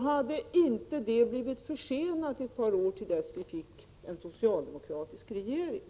hade denna fråga inte blivit försenat ett par år till dess att vi fick en socialdemokratisk regering.